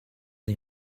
the